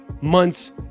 months